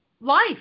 life